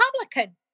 Republican